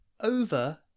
over